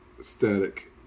static